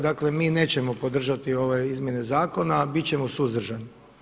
Dakle mi nećemo podržati ove izmjene zakona, biti ćemo suzdržani.